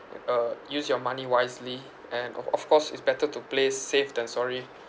uh use your money wisely and of of course it's better to play safe than sorry